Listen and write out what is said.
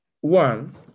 one